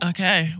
Okay